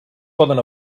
poden